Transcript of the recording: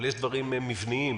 אבל יש דברים מבניים,